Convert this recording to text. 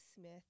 Smith